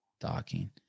Docking